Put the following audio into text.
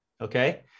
Okay